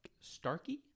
Starkey